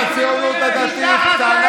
הציונות הדתית לא איתך,